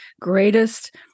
greatest